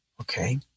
Okay